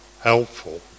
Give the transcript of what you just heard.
helpful